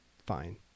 fine